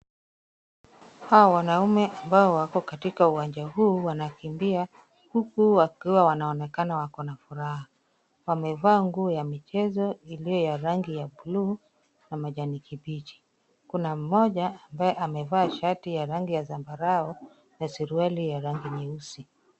Hawa wanaume ambao wako katika uwanja huu wanakimbia huku wakiwa wanaonekana wako na furaha. Wamevaa nguo ya michezo iliyo ya rangi ya buluu na majani kibichi. Kuna mmoja ambaye amevaa shati ya rangi ya zambarau na suruali ya rangi nyeusi.